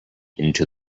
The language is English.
into